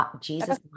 Jesus